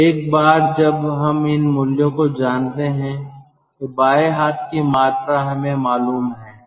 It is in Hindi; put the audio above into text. तो एक बार जब हम इन मूल्यों को जानते हैं तो बाएं हाथ की मात्रा हमें मालूम है